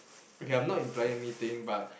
okay I'm not implying anything but